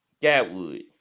Gatwood